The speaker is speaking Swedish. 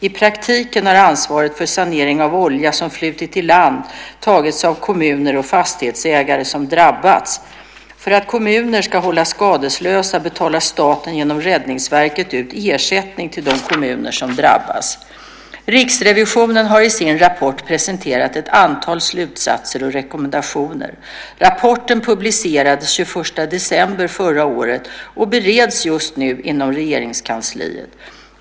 I praktiken har ansvaret för sanering av olja som flutit i land tagits av kommuner och fastighetsägare som drabbats. För att kommuner ska hållas skadeslösa betalar staten genom Räddningsverket ut ersättning till de kommuner som drabbas. Riksrevisionen har i sin rapport presenterat ett antal slutsatser och rekommendationer. Rapporten publicerades den 21 december förra året och bereds just nu inom Regeringskansliet.